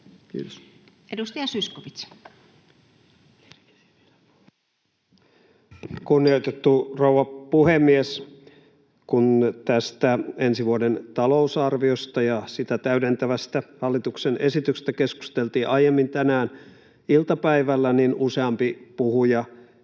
Time: 20:07 Content: Kunnioitettu rouva puhemies! Kun tästä ensi vuoden talousarviosta ja sitä täydentävästä hallituksen esityksestä keskusteltiin aiemmin tänään iltapäivällä, useampi puhuja